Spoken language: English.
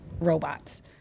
robots